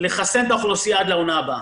לחסן את האוכלוסייה עד לעונה הבאה.